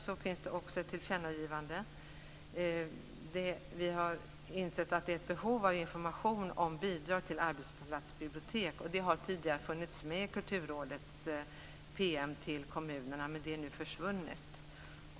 Vi har insett att det finns ett behov av information om bidrag till arbetsplatsbibliotek. Det har tidigare funnits med i Kulturrådets PM till kommunerna, men det har nu försvunnit.